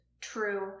True